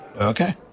Okay